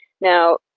Now